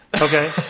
Okay